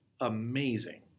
amazing